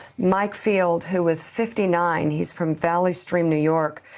mike field, who was fifty nine, he's from valley stream, new york.